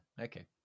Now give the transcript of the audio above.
Okay